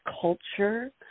culture